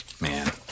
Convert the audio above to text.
Man